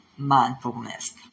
mindfulness